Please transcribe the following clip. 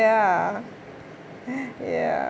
ya ya